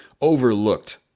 overlooked